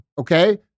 Okay